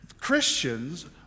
Christians